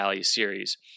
series